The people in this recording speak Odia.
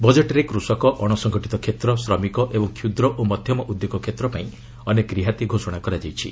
ବଜେଟ୍ରେ କୃଷକ ଅଣସଙ୍ଗଠିତ କ୍ଷେତ୍ର ଶ୍ରମିକ ଏବଂ କ୍ଷୁଦ୍ର ଓ ମଧ୍ୟମ ଉଦ୍ୟୋଗ କ୍ଷେତ୍ରପାଇଁ ଅନେକ ରିହାତି ଘୋଷଣା କରାଯାଇଛି